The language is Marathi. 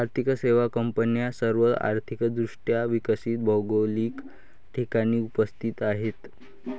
आर्थिक सेवा कंपन्या सर्व आर्थिक दृष्ट्या विकसित भौगोलिक ठिकाणी उपस्थित आहेत